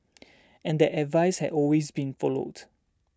and that advice has always been followed